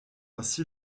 ainsi